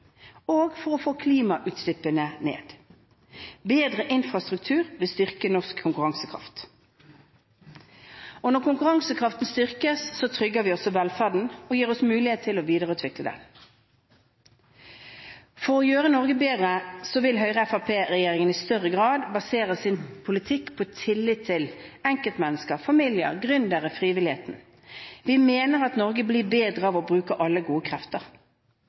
og for å få klimagassutslippene ned. Bedre infrastruktur vil styrke norsk konkurransekraft, og når konkurransekraften styrkes, trygger vi også velferden og får muligheten til å videreutvikle den. For å gjøre Norge bedre vil Høyre–Fremskrittsparti-regjeringen i større grad basere sin politikk på tillit til enkeltmennesker, familier, gründere og frivilligheten. Vi mener at Norge blir bedre av å bruke alle gode krefter.